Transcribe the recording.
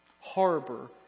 harbor